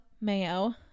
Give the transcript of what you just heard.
mayo